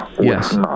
Yes